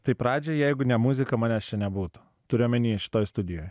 tai pradžiai jeigu ne muzika manęs čia nebūtų turiu omeny šitoj studijoj